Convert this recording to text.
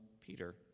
Peter